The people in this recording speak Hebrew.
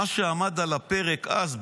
מה שעמד על הפרק אז,